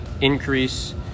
increase